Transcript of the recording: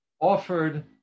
offered